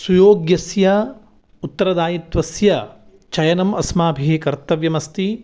सुयोग्यस्य उत्तरदायित्वस्य चयनम् अस्माभिः कर्तव्यम् अस्ति